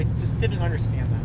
just didn't understand